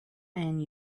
and